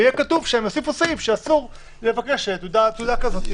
ויהיה כתוב שהם יוסיפו סעיף שאומר שאסור לבקש תעודה כזאת.